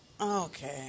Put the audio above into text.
Okay